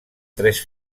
tres